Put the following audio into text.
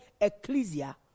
Ecclesia